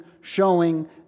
showing